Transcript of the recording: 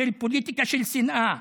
של פוליטיקה של שנאה.